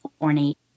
ornate